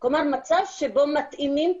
כלומר מצב שבו מתאימים,